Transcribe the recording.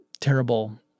terrible